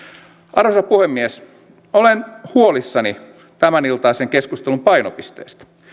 arvoisa puhemies olen huolissani tämän iltaisen keskustelun painopisteestä